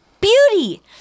beauty